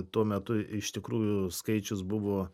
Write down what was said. tuo metu iš tikrųjų skaičius buvo